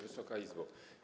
Wysoka Izbo!